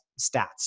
stats